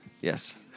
Yes